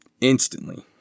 instantly